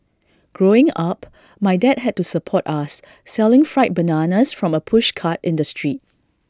growing up my dad had to support us selling fried bananas from A pushcart in the street